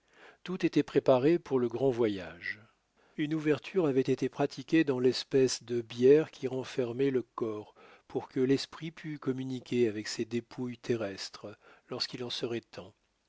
tout était préparé pour le grand voyage une ouverture avait été pratiquée dans l'espèce de bière qui renfermait le corps pour que l'esprit pût communiquer avec ces dépouilles terrestres lorsqu'il en serait temps